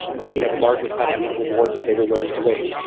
or they could have larger financial rewards if they were willing to wait.